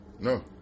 No